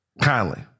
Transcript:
Kindly